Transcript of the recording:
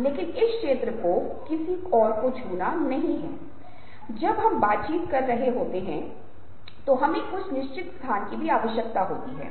जिस क्षण के बाद आपने आश्चर्यचकित देखा उसके बाद आप भयभीत हो सकते हैं आप खुशी दिखा सकते हैं आपने क्रोध को देखा हो सकता